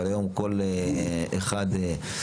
אבל היום כל אחד לוקח,